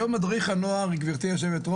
היום המכשיר הזה